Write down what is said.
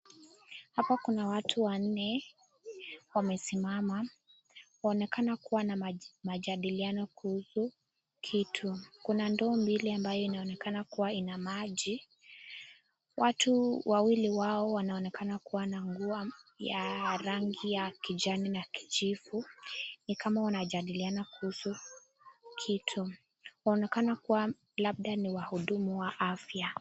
Hapa kuna watu wanne wamesimama, waonekana kuwa majadiliano kuhusu kitu. Kuna ndoo mbili ambayo inaonekana kuwa na maji. Watu wawili wao wanaonekana kuwa na nguo ya rangi ya kijani na kichifu, ni kama wanajadiliana kuhusu kitu. Waonekana kuwa labda ni wahudumu wa afya.